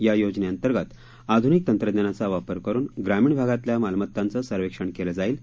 या योजनेअंतर्गत आधुनिक तंत्रज्ञानाचा वापर करून ग्रामीण भागातल्या मालमत्तांच्या सर्वेक्षण केलं जाईल